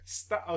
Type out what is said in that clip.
stop